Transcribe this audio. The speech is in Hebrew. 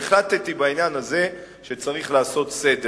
החלטתי בעניין הזה שצריך לעשות סדר,